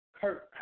Kurt